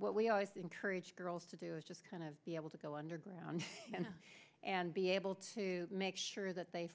what we always encourage girls to do is just kind of be able to go underground and be able to make sure that they